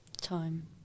time